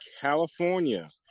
California